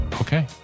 Okay